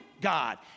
God